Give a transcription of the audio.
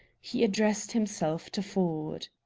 he addressed himself to ford.